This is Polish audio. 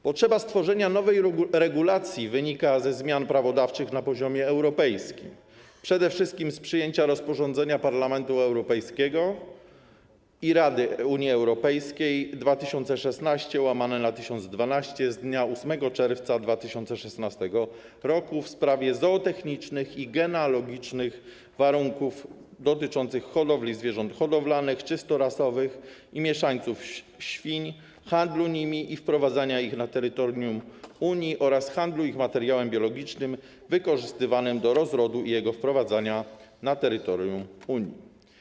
Potrzeba stworzenia nowej regulacji wynika ze zmian prawodawczych na poziomie europejskim, przede wszystkim z przyjęcia rozporządzenia Parlamentu Europejskiego i Rady Unii Europejskiej 2016/1012 z dnia 8 czerwca 2016 r. w sprawie zootechnicznych i genealogicznych warunków dotyczących hodowli zwierząt hodowlanych czystorasowych i mieszańców świni, handlu nimi i wprowadzania ich na terytorium Unii oraz handlu ich materiałem biologicznym wykorzystywanym do rozrodu i jego wprowadzania na terytorium Unii.